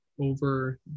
over